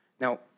Now